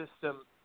system